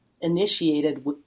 initiated